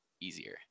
easier